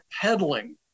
peddling